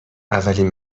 اولین